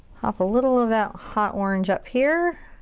pop a little of that hot orange up here.